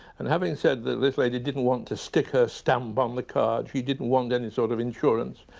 and having said that this lady didn't want to stick her stamp on the card, she didn't want any sort of insurance,